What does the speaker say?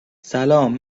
سلام